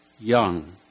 young